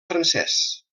francès